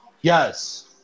Yes